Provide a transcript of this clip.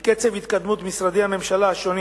מקצב התקדמות משרדי הממשלה השונים